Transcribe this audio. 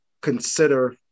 consider